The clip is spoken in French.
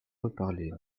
reparler